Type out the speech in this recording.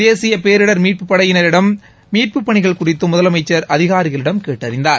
தேசிய பேரிடர் மீட்புப் படையினரிடம் மீட்பு பனிகள் குறித்தும் முதலமைச்சர் அதிகாரிகளிடம் கேட்டறிந்தார்